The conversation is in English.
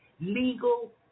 Legal